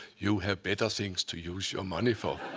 you have better things to use your money for.